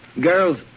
Girls